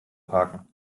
parken